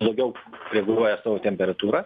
labiau reguliuoja savo temperatūrą